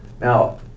now